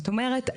זאת אומרת,